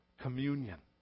communion